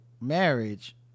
marriage